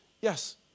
yes